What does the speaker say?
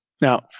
Now